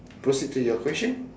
proceed to your question